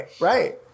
right